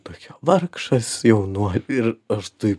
tokie vargšas jaunuo ir aš taip